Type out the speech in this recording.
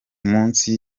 munsi